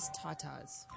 Tatas